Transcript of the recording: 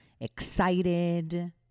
excited